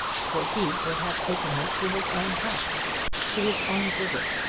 for he would have taken her to his own house to his own bosom,